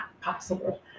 possible